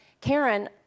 Karen